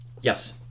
yes